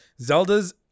Zelda's